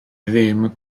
ddim